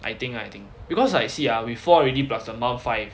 I think lah I think because I see ah we four already plus the mum five